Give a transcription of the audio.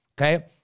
okay